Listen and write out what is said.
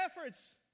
efforts